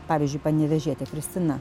pavyzdžiui panevėžietė kristina